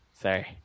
Sorry